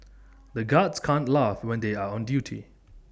the guards can't laugh when they are on duty